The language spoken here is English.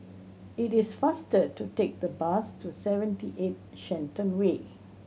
it is faster to take the bus to Seventy Eight Shenton Way